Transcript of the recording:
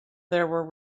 were